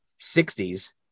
60s